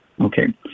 Okay